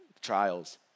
trials